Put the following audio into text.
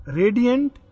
radiant